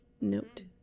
Note